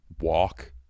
Walk